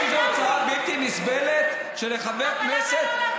האם זו הצעה בלתי נסבלת שלחבר כנסת,